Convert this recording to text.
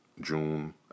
June